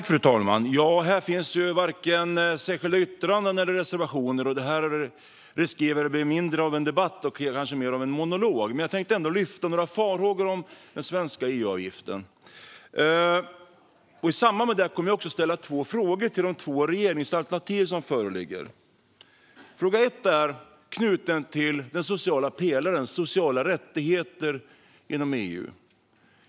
Fru talman! Här finns varken särskilda yttranden eller reservationer, så detta riskerar att bli mindre av en debatt och kanske mer av en monolog. Men jag tänkte ändå lyfta fram några farhågor gällande den svenska EU-avgiften. I samband med detta kommer jag också att ställa två frågor till de två regeringsalternativ som föreligger. Fråga ett är knuten till den sociala pelaren och sociala rättigheter inom EU.